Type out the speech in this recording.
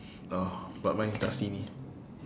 oh but mine's dasani